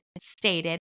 stated